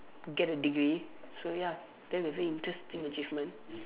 get a degree so ya that will be an interesting achievement